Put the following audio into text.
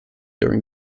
during